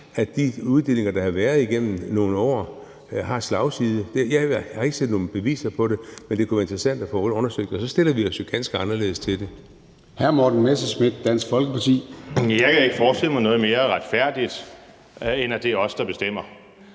at de uddelinger, der har været igennem nogle år, har en slagside. Jeg har ikke set nogen beviser på det, men det kunne være interessant at få det undersøgt, og så stiller vi os jo ganske anderledes til det. Kl. 20:40 Formanden (Søren Gade): Hr. Morten Messerschmidt,